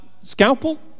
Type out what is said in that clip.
Scalpel